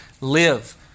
live